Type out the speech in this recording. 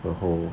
然后